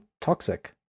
toxic